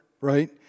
right